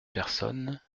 personnes